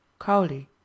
Kauli